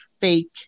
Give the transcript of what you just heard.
fake